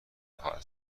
خواهد